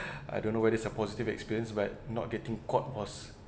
I don't know whether is a positive experience but not getting caught was